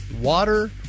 water